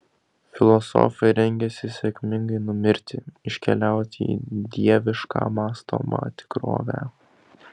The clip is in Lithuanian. filosofai rengiasi sėkmingai numirti iškeliauti į dievišką mąstomą tikrovę